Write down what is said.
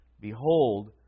behold